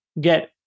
get